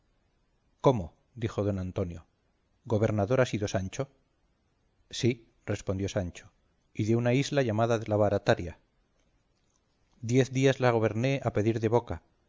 cómo dijo don antonio gobernador ha sido sancho sí respondió sancho y de una ínsula llamada la barataria diez días la goberné a pedir de boca